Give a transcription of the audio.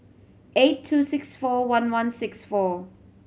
eight two six four one one six four